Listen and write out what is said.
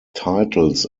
titles